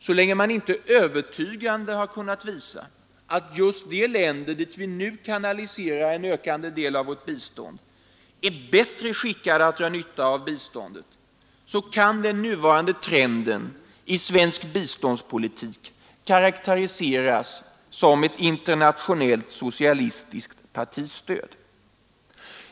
Så länge man inte övertygande har kunnat visa att just de länder dit vi nu 81 kanaliserar en ökande del av vårt bistånd är bättre skickade att dra nytta av biståndet, kan den nuvarande trenden i svensk biståndspolitik karakteriseras som ett internationellt socialistiskt partistöd.